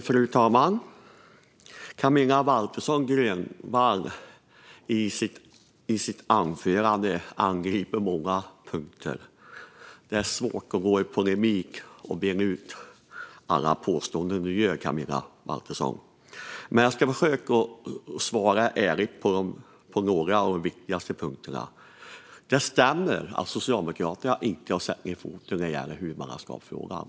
Fru talman! Camilla Waltersson Grönvall angrep många punkter i sitt anförande. Det är svårt att gå i polemik och bena ut alla påståenden hon gjorde, men jag ska försöka att svara ärligt på några av de viktigaste punkterna. Det stämmer att Socialdemokraterna inte har satt ned foten när det gäller huvudmannaskapsfrågan.